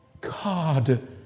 God